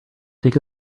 take